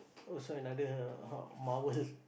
also another uh marvelous